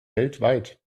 weltweit